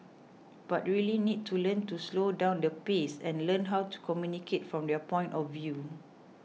but really need to learn to slow down the pace and learn how to communicate from your point of view